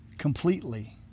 Completely